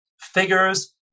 figures